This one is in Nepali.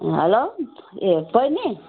हेलो ए बैनी